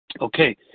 Okay